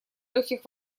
легких